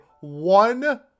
one